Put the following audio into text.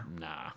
Nah